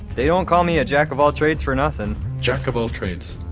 they don't call me a jack-of-all-trades for nothing jack-of-all-trades.